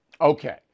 Okay